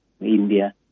India